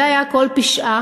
זה היה כל פשעה,